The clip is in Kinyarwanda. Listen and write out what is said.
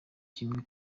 kimwe